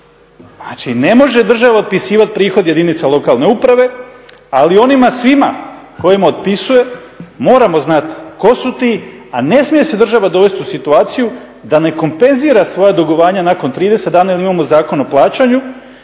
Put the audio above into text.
Znači ne može država otpisivat prihod jedinica lokalne uprave, ali onima svima kojima otpisuje moramo znati tko su ti, a ne smije se država dovest u situaciju da ne kompenzira svoja dugovanja nakon 30 dana jer imamo Zakon o plaćanju